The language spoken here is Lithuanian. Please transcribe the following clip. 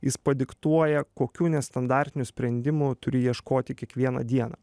jis padiktuoja kokių nestandartinių sprendimų turi ieškoti kiekvieną dieną